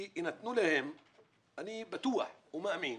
מן הראוי שיינתנו להם ואני בטוח ומאמין